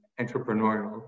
entrepreneurial